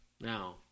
Now